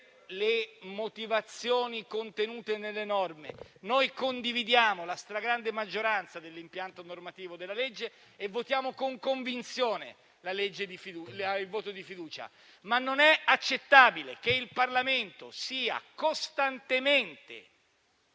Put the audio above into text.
le motivazioni contenute nelle norme. Noi condividiamo la stragrande maggioranza dell'impianto normativo della legge e voteremo con convinzione a favore della questione di fiducia. Non è però accettabile che il Parlamento sia costantemente